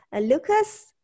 Lucas